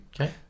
Okay